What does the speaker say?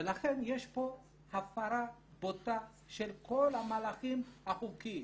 יש פה הפרה בוטה של כל המהלכים החוקיים